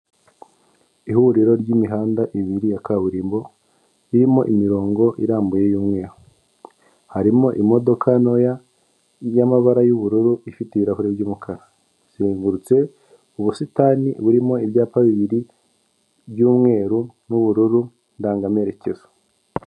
Ihuriro ry'imihanda ibiri ya kaburimbo irimo imirongo irambuye y'umweru. Harimo imodoka ntoya y'amabara y'ubururu ifite ibirahure by'umukara. Izengurutse ubusitani burimo ibyapa bibiri by'umweru n'ubururu ndangamerekezo.